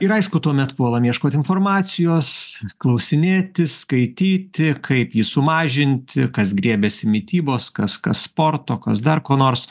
ir aišku tuomet puolam ieškoti informacijos klausinėti skaityti kaip jį sumažinti kas griebiasi mitybos kas kas sporto kas dar ko nors